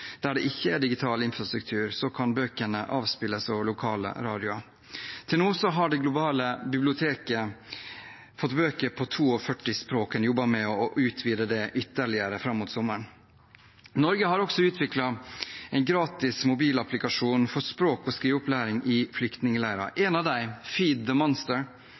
Der det ikke er digital infrastruktur, kan bøkene avspilles over lokalradio. Til nå har Det globale digitale bibliotek fått bøker på 42 språk. En jobber med å utvide det ytterligere fram mot sommeren. Norge har også utviklet en gratis mobilapplikasjon for språk- og skriveopplæring i flyktningleirer. Applikasjonen Feed The Monster er tilgjengelig på 45 språk, og en evaluering av